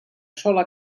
sola